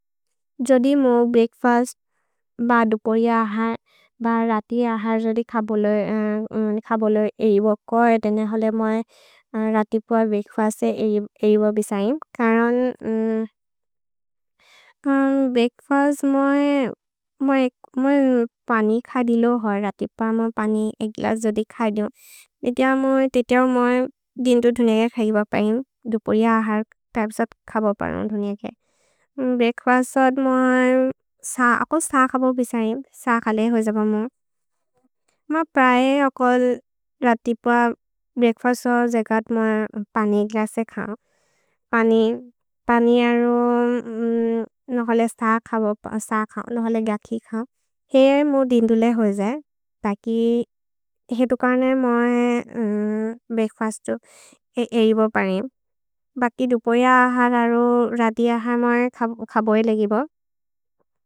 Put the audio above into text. जोदि मो ब्रेअक्फस्त् ब दुपोरि आहर्, ब रति आहर् जोदि ख बोलो, ख बोलो एइवो कोइ, देने होले मोइ रति प ब्रेअक्फस्त् एइवो बिसयिम्। करन्, ब्रेअक्फस्त् मोइ पनि खदि लो हो, रति प मोइ पनि एक् ग्लस् जोदि खदियो। तेते मोइ दिन् तु धुनेके खगि ब पयिम्, दुपोरि आहर् पेअब् सथ् खब परम् धुनेके। भ्रेअक्फस्तोद् मोइ अकोल् सथ् खब बिसयिम्, सथ् खले होजब मोइ। मोइ प्रए अकोल् रति प ब्रेअक्फस्तोद् जेकद् मोइ पनि एक् ग्लस् से खौ। पनि, पनि अरो नहोले सथ् खब, सथ् खौ, नहोले ग्यखि खौ। हेरे मोइ दिन् धुने होजर्, तकि हेतु कर्ने मोइ ब्रेअक्फस्तो एइवो परिम्। भकि दुपोरि आहर् अरो रति आहर् मोइ खब एइले गिबो।